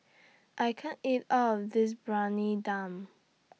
I can't eat All of This Briyani Dum